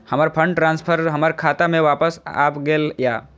हमर fund transfer हमर खाता में वापस आब गेल या